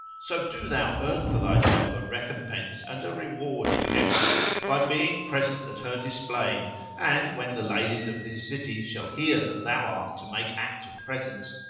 so do thou earn for thyself a recompense and a reward in heaven by being present at her displaying and, when the ladies of this city shall hear that thou art to make act of presence,